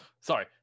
sorry